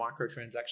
microtransactions